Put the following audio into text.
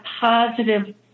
positive